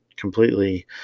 completely